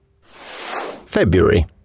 February